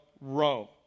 Rome